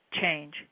change